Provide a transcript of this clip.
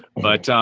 but,